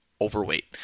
overweight